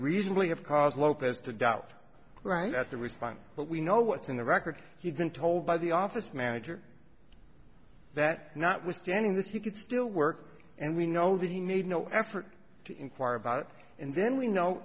reasonably have caused lopez to doubt right at the response but we know what's in the record he's been told by the office manager that notwithstanding this he could still work and we know that he made no effort to inquire about and then we know